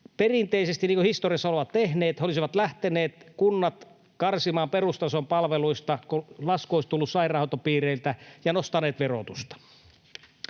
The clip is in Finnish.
perinteisesti ovat tehneet — lähteneet karsimaan perustason palveluista, kun lasku olisi tullut sairaanhoitopiireiltä, ja nostaneet verotusta.